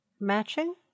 matching